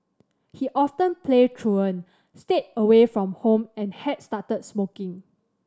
he often played truant stayed away from home and had started smoking